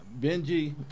Benji